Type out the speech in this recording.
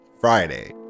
friday